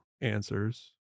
answers